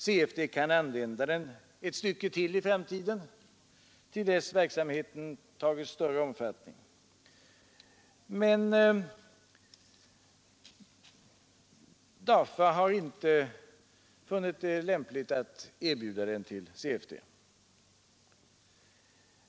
CFD kan använda den ett stycke till i framtiden till dess verksamheten tagit större omfattning. Men DAFA har inte funnit det lämpligt att erbjuda den till CFD.